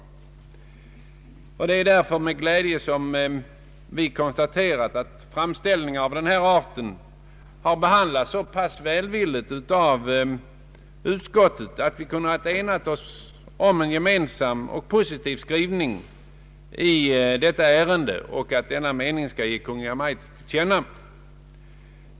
Vi konstaterar därför med glädje att framställningar av den här arten har behandlats så pass välvilligt av utskottet, att vi kunnat ena oss om en gemensam och positiv skrivning i detta ärende som skall ges Kungl. Maj:t till känna.